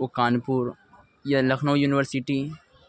وہ کانپور یا لکھنؤ یونیورسٹی